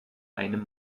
einem